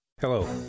Hello